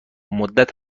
مدت